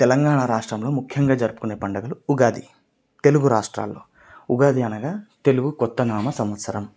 తెలంగాణ రాష్ట్రంలో ముఖ్యంగా జరుపుకునే పండుగలు ఉగాది తెలుగు రాష్ట్రాల్లో ఉగాది అనగా తెలుగు కొత్త నామ సంవత్సరం